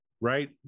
right